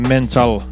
Mental